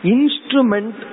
Instrument